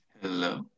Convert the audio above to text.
Hello